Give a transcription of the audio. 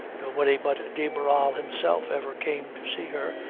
nobody but de barral himself ever came to see her,